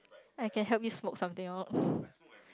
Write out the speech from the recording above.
I can help you smoke something out